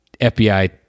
FBI